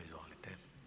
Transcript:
Izvolite.